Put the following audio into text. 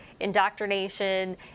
indoctrination